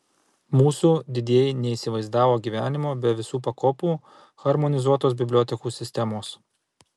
mūsų didieji neįsivaizdavo gyvenimo be visų pakopų harmonizuotos bibliotekų sistemos